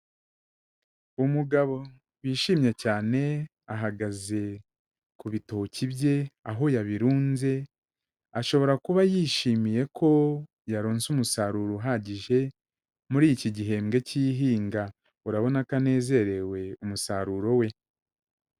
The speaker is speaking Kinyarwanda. Umugabo wishimye cyane ahagaze ku bitoki bye, aho yabirunze ashobora kuba yishimiye ko yaronse umusaruro uhagije muri iki gihembwe k'ihinga, urabona ko anezerewe umusaruro we.